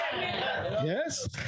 Yes